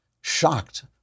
shocked